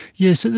yes,